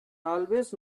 always